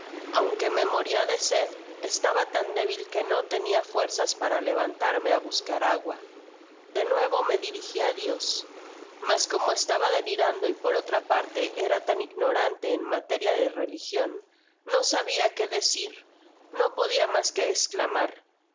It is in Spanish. aunque me moria de sed estaba tan débil que no tenia'fuerzas para levantarme á buscar agua de nuevo me dirigi á dios mas como estaba delirando y por otra parte era tan ignorante en materia de religion no sabia qué decir no podia mas que esclamar